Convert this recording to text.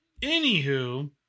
Anywho